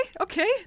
okay